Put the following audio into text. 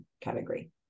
category